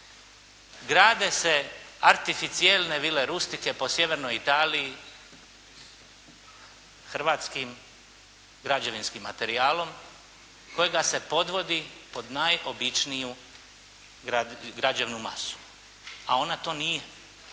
Grade se artificijelne vile rustike po Sjevernoj Italiji, hrvatskim građevinskim materijalom, kojega se podvodi pod najobičniju građevnu masu. A ona to nije.